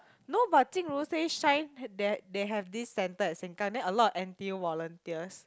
no but Jing-Ru said Shine they they have this centre in Sengkang then a lot of N_T_U volunteers